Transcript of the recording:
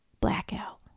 Blackout